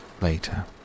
Later